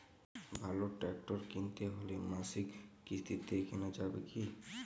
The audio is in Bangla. ভালো ট্রাক্টর কিনতে হলে মাসিক কিস্তিতে কেনা যাবে কি?